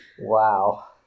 Wow